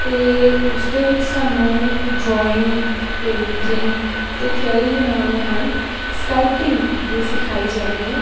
ਅਤੇ ਉਸ ਦੇ ਵਿੱਚ ਸਾਨੂੰ ਡਰੋਇੰਗ ਪੇਂਟਿੰਗ ਅਤੇ ਥਿਓਰੀ ਦੇ ਨਾਲ ਨਾਲ ਸਕਲਪਟਿੰਗ ਵੀ ਸਿਖਾਈ ਜਾਂਦੀ ਹੈ